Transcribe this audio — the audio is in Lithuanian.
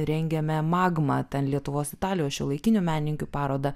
rengėme magmą ten lietuvos italijos šiuolaikinių menininkių parodą